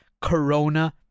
Corona